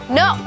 no